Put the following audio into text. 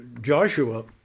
Joshua